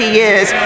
years